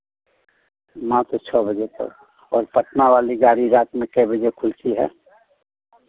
मात्र छः बजे तक और पटना वाली गाड़ी रात में कै बजे खुलती है